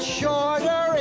shorter